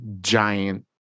giant